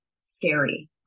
scary